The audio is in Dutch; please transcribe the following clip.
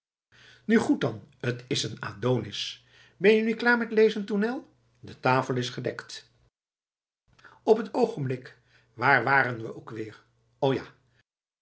nu goed dan t is een adonis ben je nu klaar met lezen tournel de tafel is gedekt op t oogenblik waar waren we ook weer o ja